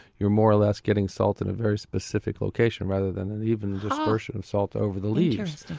you're more or less getting salt in a very specific location rather than an even dispersion of salt over the leaves.